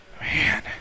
Man